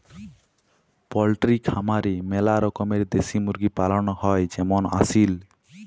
poultry খামারে ম্যালা রকমের দেশি মুরগি পালন হ্যয় যেমল আসিল